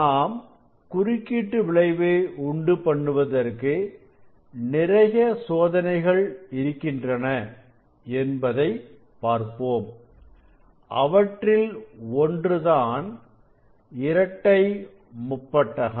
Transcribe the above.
நாம் குறுக்கீட்டு விளைவு உண்டு பண்ணுவதற்கு நிறைய சோதனைகள் இருக்கின்றன என்பதை பார்ப்போம் அவற்றில் ஒன்றுதான் இரட்டை முப்பட்டகம்